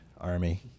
army